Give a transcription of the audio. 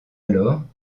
alors